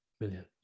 million